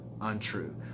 untrue